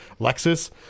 lexus